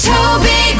Toby